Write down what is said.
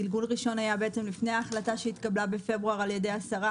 גלגול ראשון היה לפני ההחלטה שהתקבלה בפברואר על ידי השרה